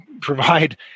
provide